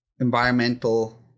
environmental